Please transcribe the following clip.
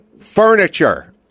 furniture